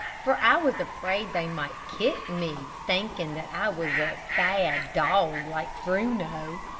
for i was afraid they might kick me, thinking that i was a bad dog like bruno.